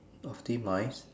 optimise